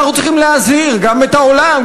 אנחנו צריכים להזהיר גם את העולם,